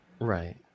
Right